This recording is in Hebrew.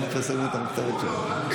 למה פרסמו את הכתובת שלו?